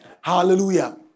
Hallelujah